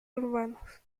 urbanos